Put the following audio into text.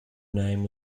name